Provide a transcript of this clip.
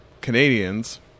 Canadians